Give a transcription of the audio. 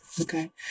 okay